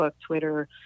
Twitter